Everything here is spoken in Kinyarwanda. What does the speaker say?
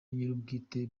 nyir’ubwite